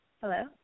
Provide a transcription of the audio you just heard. Hello